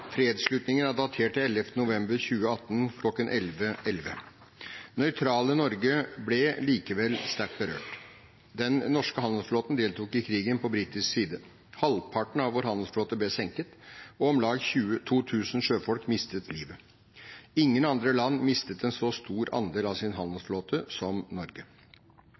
Fredsslutningen er datert til 11. november 1918, kl. 11.11. Det nøytrale Norge ble likevel sterkt berørt. Den norske handelsflåten deltok i krigen på britisk side. Halvparten av vår handelsflåte ble senket, og om lag 2 000 sjøfolk mistet livet. Ingen andre land mistet en så stor andel av sin handelsflåte som Norge.